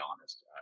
honest